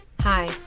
Hi